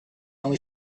only